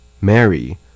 Mary